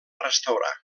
restaurar